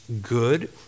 good